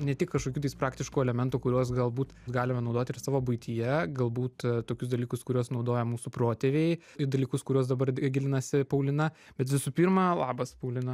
ne tik kažkokių tais praktiškų elementų kuriuos galbūt galime naudoti ir savo buityje galbūt tokius dalykus kuriuos naudojo mūsų protėviai į dalykus kuriuos dabar gilinasi paulina bet visų pirma labas paulina